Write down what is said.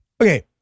Okay